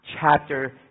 chapter